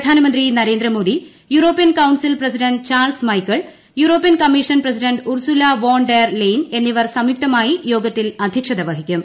പ്രധാനമന്ത്രി Narendra Modi European Council president Charles Michel European Commission president Ursula von der Leyen എന്നിവർ സംയുക്തമായി യോഗത്തിൽ അധൃക്ഷത വഹിക്കും